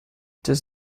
does